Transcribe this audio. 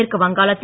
மேற்கு வங்காளத்தில்